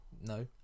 no